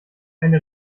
eine